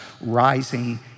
rising